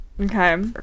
okay